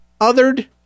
othered